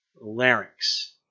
Larynx